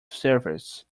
service